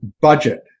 budget